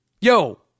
Yo